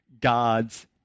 God's